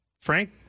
Frank